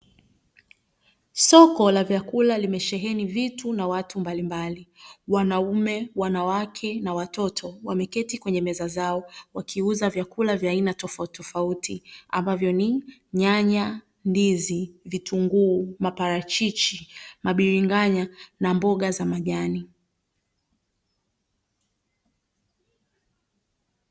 Soko la vyakula limesheheni vitu na watu mbalimbali wanaume, wanawake na watoto, wameketi kwenye meza zao, wakiuza vyakula vya aina tofauti tofauti ambavyo ni nyanya, ndizi, vitunguu, maparachichi, mabiringanya na mboga za majani.